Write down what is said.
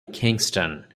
kingston